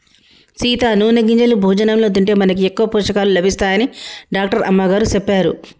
సీత నూనె గింజలు భోజనంలో తింటే మనకి ఎక్కువ పోషకాలు లభిస్తాయని డాక్టర్ అమ్మగారు సెప్పారు